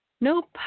Nope